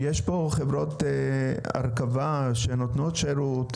יש פה חברות הרכבה שנותנות שירות?